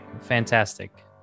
fantastic